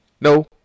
No